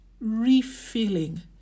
refilling